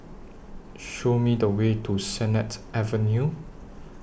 Show Me The Way to Sennett Avenue